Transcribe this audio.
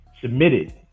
submitted